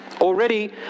already